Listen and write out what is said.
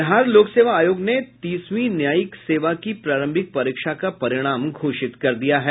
बिहार लोक सेवा आयोग ने तीसवीं न्यायिक सेवा की प्रारंभिक परीक्षा का परिणाम घोषित कर दिया है